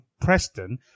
Preston